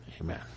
Amen